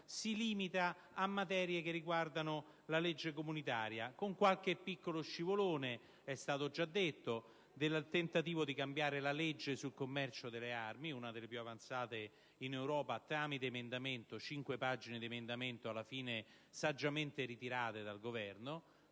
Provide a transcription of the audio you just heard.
si limita a materie che riguardano la legge comunitaria, con qualche piccolo scivolone (è stato già detto) come il tentativo di cambiare la legge sul commercio delle armi, una delle più avanzate in Europa, tramite un emendamento di cinque pagine (alla fine saggiamente ritirato dal Governo